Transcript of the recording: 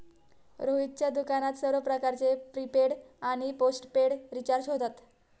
रोहितच्या दुकानात सर्व प्रकारचे प्रीपेड आणि पोस्टपेड रिचार्ज होतात